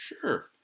Sure